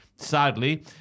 sadly